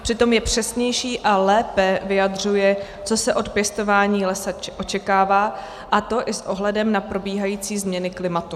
Přitom je přesnější a lépe vyjadřuje, co se od pěstování lesa očekává, a to i s ohledem na probíhající změny klimatu.